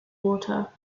water